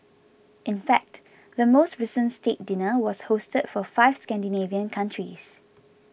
in fact the most recent state dinner was hosted for five Scandinavian countries